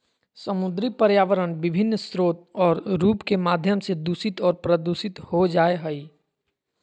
समुद्री पर्यावरण विभिन्न स्रोत और रूप के माध्यम से दूषित और प्रदूषित हो जाय हइ